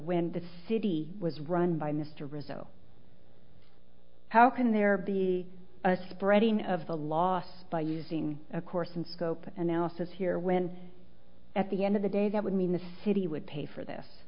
when the city was run by mr rizzo how can there be a spreading of the loss by using a course and scope analysis here when at the end of the day that would mean the city would pay for this